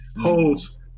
holds